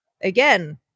again